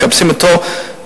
מחפשים אותו,